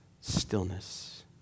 stillness